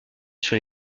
sur